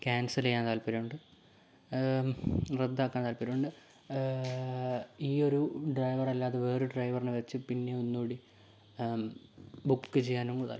cancel ചെയ്യാൻ താല്പര്യമുണ്ട് റദ്ദാക്കാൻ താല്പര്യം ഉണ്ട് ഈ ഒരു ഡ്രൈവർ അല്ലാതെ വേറെ ഒരു ഡ്രൈവറിനെ വെച്ച് പിന്നെയും ഒന്നുകൂടി ബുക്ക് ചെയ്യാനും താല്പര്യമുണ്ട്